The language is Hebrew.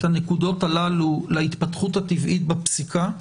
הנקודות הללו להתפתחות הטבעית בפסיקה,